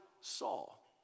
Saul